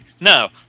No